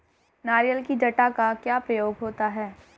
नारियल की जटा का क्या प्रयोग होता है?